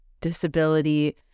disability